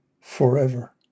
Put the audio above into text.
forever